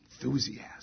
Enthusiasm